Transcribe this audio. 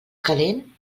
calent